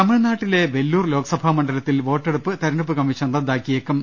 തമിഴ്നാട്ടിലെ വെല്ലൂർ ലോക്സഭാ മണ്ഡലത്തിൽ വോട്ടെടുപ്പ് തെര ഞ്ഞെടുപ്പ് കമ്മീഷൻ റദ്ദാക്കിയേക്കും